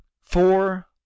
four